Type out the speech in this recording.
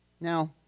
Now